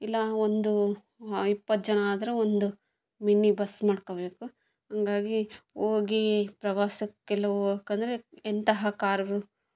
ಇಲ್ಲ ಒಂದು ಇಪ್ಪತ್ತು ಜನ ಆದರೆ ಒಂದು ಮಿನ್ನಿ ಬಸ್ ಮಾಡ್ಕೋಬೇಕು ಹಂಗಾಗಿ ಹೋಗಿ ಪ್ರವಾಸಕ್ಕೆ ಎಲ್ಲ ಹೋಗಕಂದ್ರೆ ಎಂತಹ ಕಾರು